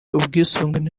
ubwisungane